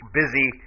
busy